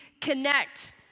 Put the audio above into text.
connect